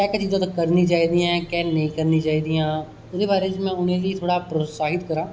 केह् केह् चीजां उत्थै करनी चाहिदयां के्ह नेईं करनी चाहिदयां ओहदे बारे च हून में उनेंगी प्रोत्साहित करां